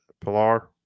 Pilar